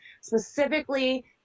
specifically